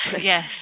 Yes